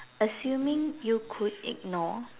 assuming you could ignore